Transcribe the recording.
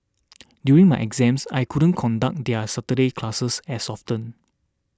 during my exams I couldn't conduct their Saturday classes as often